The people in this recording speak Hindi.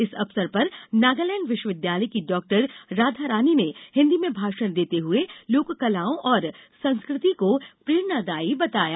इस अवसर पर नागालैण्ड विश्वविद्यालय की डॉक्टर राधारानी ने हिन्दी में भाषण देते हुए लोककलाओं और संस्कृति को प्रेरणादायी बताया